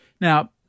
Now